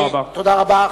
תודה רבה.